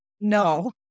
No